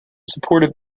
supported